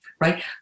right